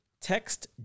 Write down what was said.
text